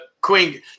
Queen